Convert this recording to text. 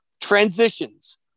transitions